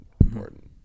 important